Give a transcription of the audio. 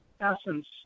essence